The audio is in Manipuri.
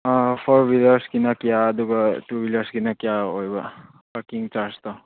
ꯑꯥ ꯐꯣꯔ ꯋꯤꯂꯔ꯭ꯁꯀꯤꯅ ꯀꯌꯥ ꯑꯗꯨꯒ ꯇꯨ ꯋꯤꯂꯔ꯭ꯁꯀꯤꯅ ꯀꯌꯥ ꯑꯣꯏꯕ ꯄꯥꯔꯀꯤꯡ ꯆꯥꯔꯖꯇꯣ